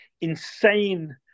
insane